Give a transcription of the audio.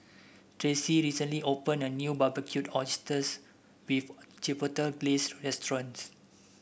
Tracy recently opened a new Barbecued Oysters with Chipotle Glaze restaurant